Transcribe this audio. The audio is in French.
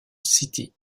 city